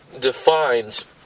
defines